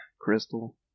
Crystal